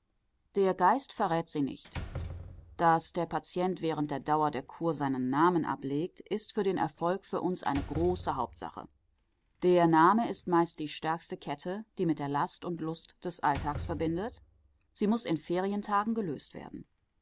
der geist verrät sie nicht daß der patient während der dauer der kur seinen namen ablegt ist für den erfolg für uns eine große hauptsache der name ist meist die stärkste kette die mit der last und lust des alltags verbindet sie muß in ferientagen gelöst werden